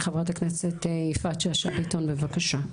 חברת הכנסת יפעת שאשא ביטון בבקשה.